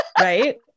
right